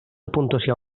puntuació